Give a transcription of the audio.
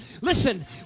Listen